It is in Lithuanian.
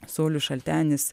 saulius šaltenis